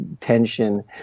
tension